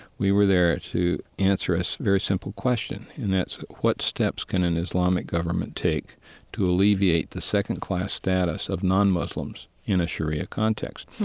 we were there to answer a so very simple question. and that's, what steps can an islamic government take to alleviate the second-class status of non-muslims in a sharia context?